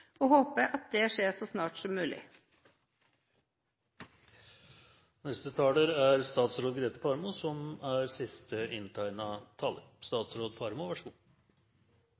og håper at det skjer så snart som mulig. Jeg er enig i at det er